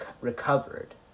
recovered